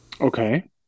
Okay